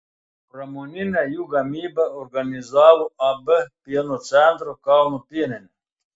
pramoninę jų gamybą organizavo ab pieno centro kauno pieninė